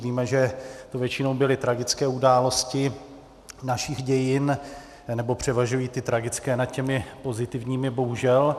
Víme, že to většinou byly tragické události našich dějin, anebo převažují ty tragické nad těmi pozitivními, bohužel.